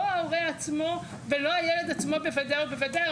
ההורה עצמו ולא הילד עצמו בוודאי ובוודאי,